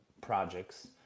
projects